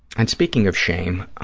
and speaking of shame,